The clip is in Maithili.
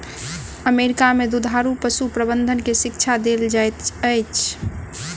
अमेरिका में दुधारू पशु प्रबंधन के शिक्षा देल जाइत अछि